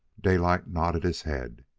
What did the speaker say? daylight nodded his head.